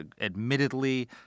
admittedly